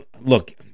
look